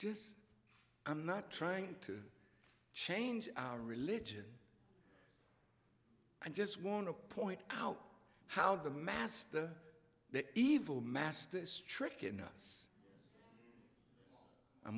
just i'm not trying to change our religion i just want to point out how the master the evil masters trick in us i'm